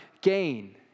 gain